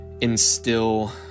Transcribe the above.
instill